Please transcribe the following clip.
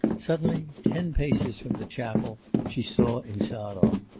suddenly, ten paces from the chapel, she saw insarov.